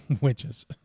witches